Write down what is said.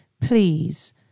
please